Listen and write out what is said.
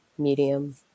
medium